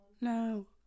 No